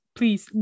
please